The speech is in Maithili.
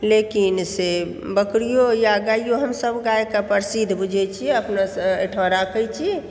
लेकिन से बकरियो या गाययो हमसब गायके अपन सीध बुझै छियै अपना अयठाम राखै छी